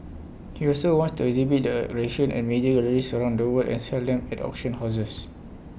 he also wants to exhibit the at major galleries around the world and sell them at auction houses